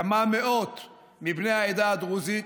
כמה מאות מבני העדה הדרוזית,